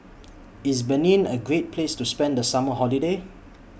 IS Benin A Great Place to spend The Summer Holiday